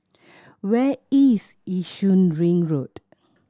where is Yishun Ring Road